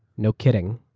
no kidding.